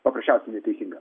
paprasčiausiai neteisinga